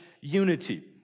unity